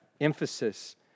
emphasis